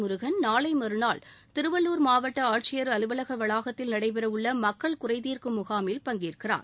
முருகன் நாளை மற்றாள் திருவள்ளூர் மாவட்ட ஆட்சியர் அலுவலக வளாகத்தில் நடைபெறவுள்ள மக்கள் குறை தீர்க்கும் முகாமில் பங்கேற்கிறார்